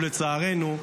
ולצערנו,